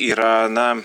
yra na